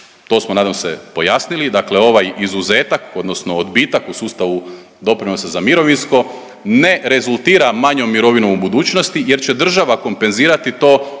to smo nadam se pojasnili, dakle ovaj izuzetak odnosno odbitak u sustavu doprinosa za mirovinsko ne rezultira manjom mirovinom u budućnosti jer će država kompenzirati to